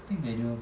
I think manual